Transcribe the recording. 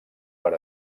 per